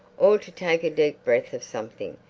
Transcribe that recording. or to take a deep breath of something,